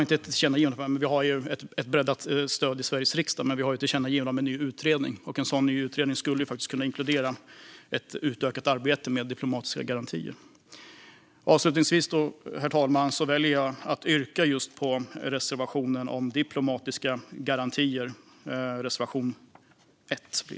Rättare sagt har vi ett breddat stöd i Sveriges riksdag för ett tillkännagivande om en ny utredning som faktiskt skulle kunna inkludera ett utökat arbete med diplomatiska garantier. Avslutningsvis, herr talman, väljer jag därför att yrka bifall till reservation 1 om diplomatiska garantier.